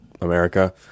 America